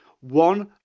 one